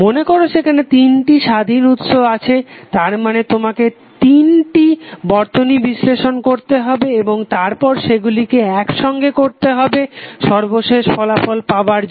মনেকর সেখানে তিনটি স্বাধীন উৎস আছে তার মানে তোমাকে তিনটি বর্তনী বিশ্লেষণ করতে হবে এবং তারপরে সেগুলিকে একসঙ্গে করতে হবে সর্বশেষ ফলাফল পাবার জন্য